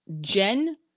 Jen